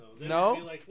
no